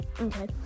okay